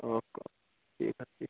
او کے okay ٹھیٖک حظ ٹھیٖک